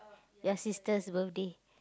your sister's birthday